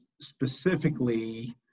specifically